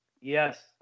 Yes